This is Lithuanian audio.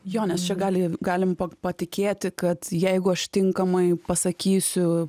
jo nes čia gali galim pa patikėti kad jeigu aš tinkamai pasakysiu